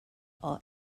all